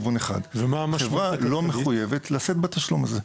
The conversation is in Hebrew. הלוך החברה לא מחויבת לשאת בתשלום הזה.